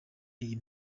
iyi